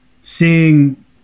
seeing